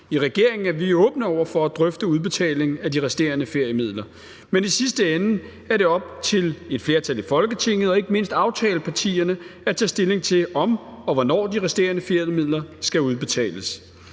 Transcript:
I regeringen er vi åbne over for at drøfte udbetaling af de resterende feriemidler, men i sidste ende er det op til et flertal i Folketinget og ikke mindst aftalepartierne at tage stilling til, om og hvornår de resterende feriemidler skal udbetales.